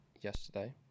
yesterday